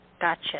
Gotcha